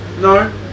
No